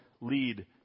lead